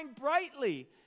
brightly